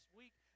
week